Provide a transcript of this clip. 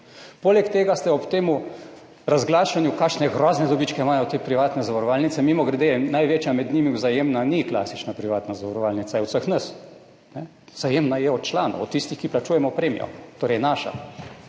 Poleg tega jim jih boste ob tem razglašanju, kakšne grozne dobičke imajo te privatne zavarovalnice – mimogrede, največja med njimi, Vzajemna, ni klasična privatna zavarovalnica, je od vseh nas, Vzajemna je od članov, od tistih, ki plačujemo premijo, torej naša,